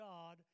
God